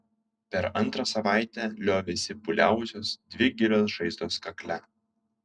per antrą savaitę liovėsi pūliavusios dvi gilios žaizdos kakle